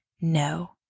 no